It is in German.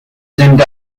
sind